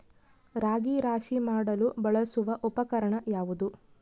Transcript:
ರಾಗಿ ರಾಶಿ ಮಾಡಲು ಬಳಸುವ ಉಪಕರಣ ಯಾವುದು?